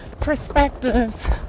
perspectives